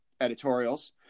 editorials